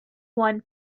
won